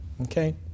Okay